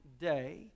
day